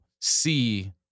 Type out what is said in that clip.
see